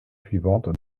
suivantes